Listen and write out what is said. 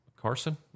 Carson